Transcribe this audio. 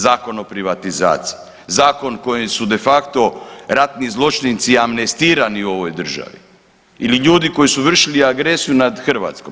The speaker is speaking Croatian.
Zakon o privatizaciji, Zakon kojim su de facto ratni zločinci amnestirani u ovoj državi ili ljudi koji su vršili agresiju nad Hrvatskom.